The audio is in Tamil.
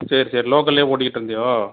சரி சரி லோக்கல்லேயே ஓட்டிக்கிட்டிருந்தியோ